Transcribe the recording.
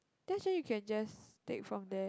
then actually you can just take from there